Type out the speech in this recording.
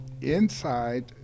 inside